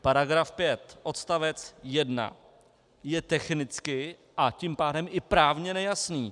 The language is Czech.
§ 5 odst. 1 je technicky, a tím pádem i právně nejasný.